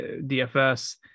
DFS